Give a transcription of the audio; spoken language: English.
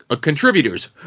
contributors